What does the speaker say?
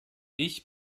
ich